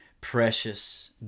precious